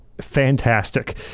fantastic